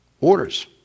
Orders